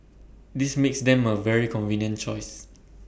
this makes them A very convenient choice